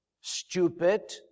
stupid